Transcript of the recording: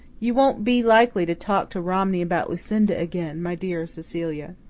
you won't be likely to talk to romney about lucinda again, my dear cecilia?